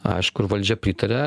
aišku ir valdžia pritaria